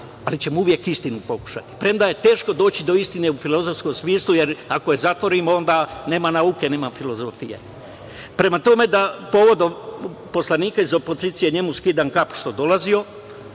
ali ćemo uvek istinu pokušati. Premda je teško doći do istine u filozofskom smislu, jer ako je zatvorimo onda nema nauke, nema filozofije. Prema tome, povodom poslanika iz opozicije, njemu skidam kapu što je dolazio,